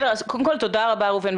תודה רבה ראובן,